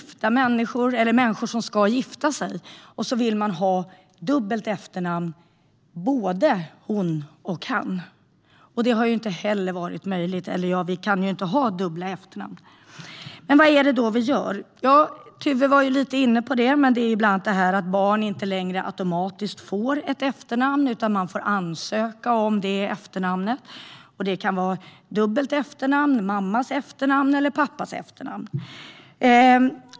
För människor som ska gifta sig och vill ha dubbelt efternamn, både hon och han, har det inte varit möjligt. Vi kan ju inte ha dubbla efternamn. Vad är det då vi gör? Tuve var lite inne på det. Det är bland annat att barn inte längre automatiskt får ett efternamn, utan man får ansöka om efternamnet, som kan vara ett dubbelt efternamn, mammans efternamn eller pappans efternamn.